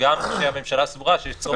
גם כשהממשלה סבורה שיש צורך לאומי דחוף.